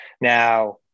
Now